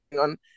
on